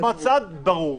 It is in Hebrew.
צד זה ברור.